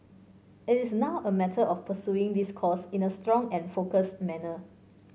it is now a matter of pursuing this course in a strong and focused manner